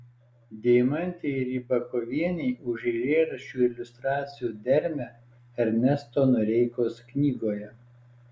deimantei rybakovienei už eilėraščių ir iliustracijų dermę ernesto noreikos knygoje